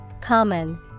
Common